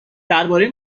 درباره